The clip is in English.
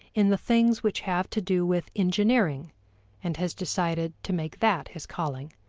in the things which have to do with engineering and has decided to make that his calling.